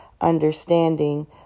understanding